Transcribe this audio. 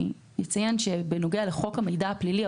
בנוגע לחוק המידע הפלילי,